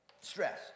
Stress